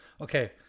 Okay